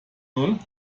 null